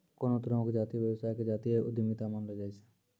कोनो तरहो के जातीय व्यवसाय के जातीय उद्यमिता मानलो जाय छै